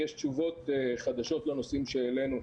יש תשובות חדשות לנושאים שהעלינו.